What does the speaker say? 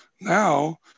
now